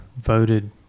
voted